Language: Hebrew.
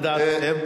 מה דעתכם?